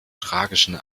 tragischen